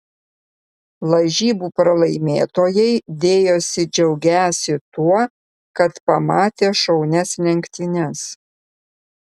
lažybų pralaimėtojai dėjosi džiaugiąsi tuo kad pamatė šaunias lenktynes